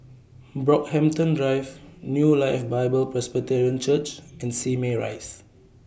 Brockhampton Drive New Life Bible Presbyterian Church and Simei Rise